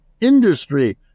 industry